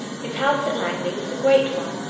his house at langley was a great one,